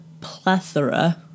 plethora